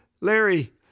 Larry